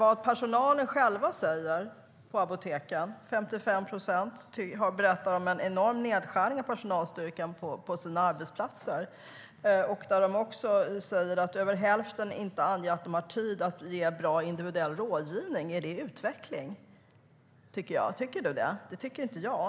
Apotekens personal - 55 procent - berättar om en enorm nedskärning av personalstyrkan på sina arbetsplatser. Över hälften anger att de inte har tid att ge bra individuell rådgivning. Är det utveckling? Tycker du det, Anders W Jonsson? Det tycker inte jag.